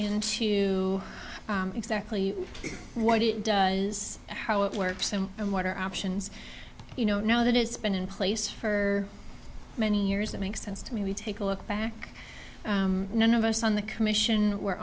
into exactly what it does how it works and water options you know now that it's been in place for many years it makes sense to me we take a look back none of us on the commission